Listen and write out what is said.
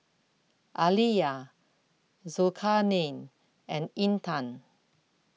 Alya Zulkarnain and Intan